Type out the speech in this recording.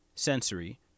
sensory